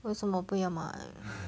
为什么不要买